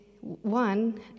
one